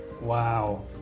Wow